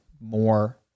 more